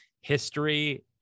history